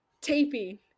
taping